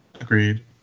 Agreed